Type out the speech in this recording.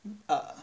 uh